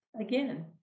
again